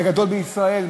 בגדול בישראל,